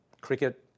Cricket